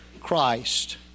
Christ